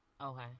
Okay